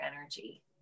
energy